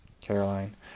Caroline